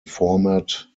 format